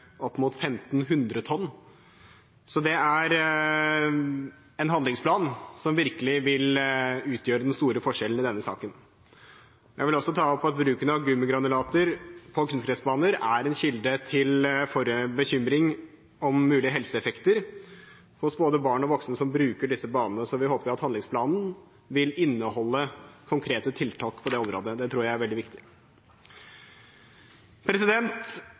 opp mot 1 500 tonn. Så det er en handlingsplan som virkelig vil utgjøre den store forskjellen i denne saken. Jeg vil også ta opp at bruken av gummigranulater på kunstgressbaner er en kilde til bekymring om mulige helseeffekter hos både barn og voksne som bruker disse banene. Så vi håper at handlingsplanen vil inneholde konkrete tiltak på det området. Det tror jeg er veldig viktig.